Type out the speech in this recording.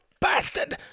bastard